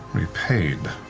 repaid?